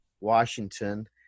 washington